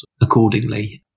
accordingly